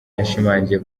yashimangiye